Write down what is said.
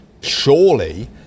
Surely